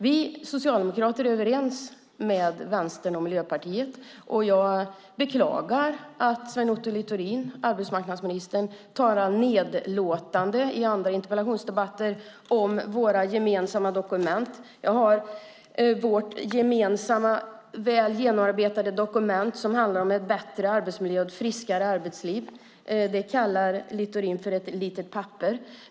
Vi socialdemokrater är överens med Vänstern och Miljöpartiet, och jag beklagar att Sven Otto Littorin, arbetsmarknadsministern, talar nedlåtande i andra interpellationsdebatter om våra gemensamma dokument. Jag har här vårt gemensamma, väl genomarbetade dokument som handlar om en bättre arbetsmiljö och ett friskare arbetsliv. Det kallar Littorin för ett litet papper.